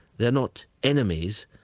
they're not enemies,